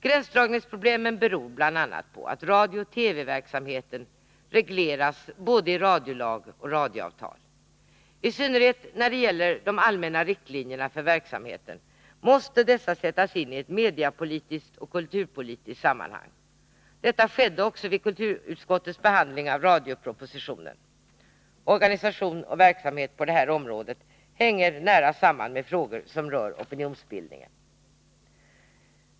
Gränsdragningsproblemen beror bl.a. på att radiooch TV-verksamheten regleras i både radiolag och radioavtal. I synnerhet måste de allmänna riktlinjerna för verksamheten sättas in i ett mediepolitiskt och kulturpolitiskt sammanhang. Detta skedde också vid kulturutskottets behandling av radiopropositionen. Organisation och verksamhet på detta område hänger dock nära samman med frågor som rör opinionsbildningen.